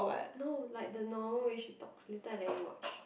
no like the normal way she talks later I let you watch